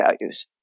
values